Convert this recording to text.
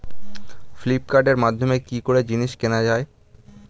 ফ্লিপকার্টের মাধ্যমে কি করে জিনিস কেনা যায়?